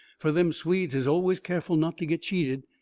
fur them swedes is always careful not to get cheated,